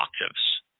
octaves